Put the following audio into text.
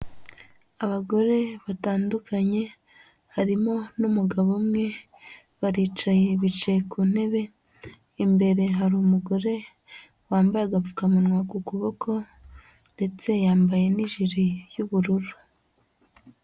Abagore batandukanye, harimo n'umugabo umwe, baricaye bicaye ku ntebe, imbere hari umugore wambaye agapfukamunwa ku kuboko ndetse yambaye n'ijiri y'ubururu.